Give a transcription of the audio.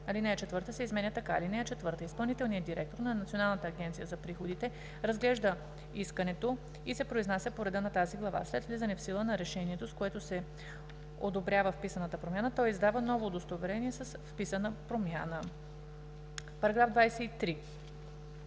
Алинея 4 се изменя така: „(4) Изпълнителният директор на Националната агенция за приходите разглежда искането и се произнася по реда на тази глава. След влизане в сила на решението, с което се одобрява вписаната промяна, той издава ново удостоверение с вписана промяна.“ Предложение